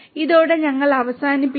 ഇതോടെ ഞങ്ങൾ അവസാനിക്കുന്നു